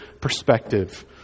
perspective